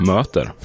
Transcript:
Möter